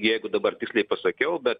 jeigu dabar tiksliai pasakiau bet